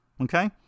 okay